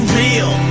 real